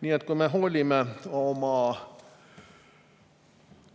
Nii et kui me hoolime oma